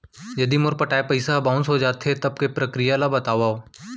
यदि मोर पटाय पइसा ह बाउंस हो जाथे, तब के प्रक्रिया ला बतावव